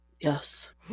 yes